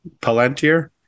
Palantir